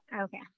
Okay